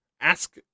ask